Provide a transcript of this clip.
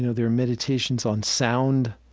you know there are meditations on sound